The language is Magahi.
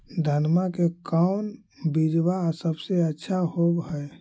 धनमा के कौन बिजबा सबसे अच्छा होव है?